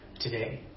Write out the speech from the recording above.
today